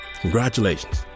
congratulations